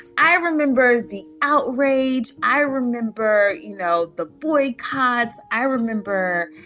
i i remember the outrage. i remember, you know, the boycotts. i remember,